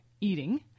eating